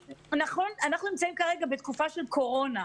נכון, אנחנו נמצאים כרגע בתקופה של קורונה,